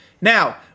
Now